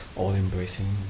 all-embracing